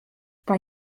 bei